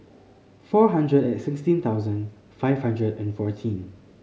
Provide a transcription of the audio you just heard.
four hundred and sixteen thousand five hundred and fourteen